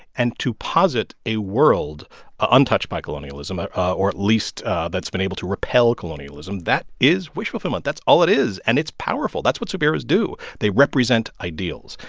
and to posit a world untouched by colonialism or at least ah that's been able to repel colonialism that is wish fulfillment. that's all it is, and it's powerful. that's what superheroes do. they represent ideals,